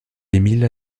emil